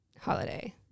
holiday